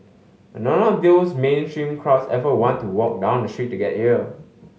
but none of those mainstream crowds ever want to walk down the street to get here